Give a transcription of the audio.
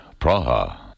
Praha